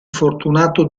fortunato